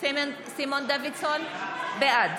סימון דוידסון, בעד